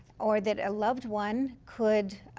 or that a loved one could,